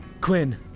Quinn